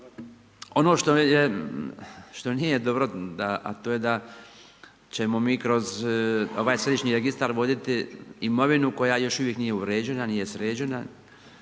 Ono što nije dobro a to je da ćemo mi kroz ovaj Središnji registar voditi imovinu koja još uvijek nije uređena, nije sređena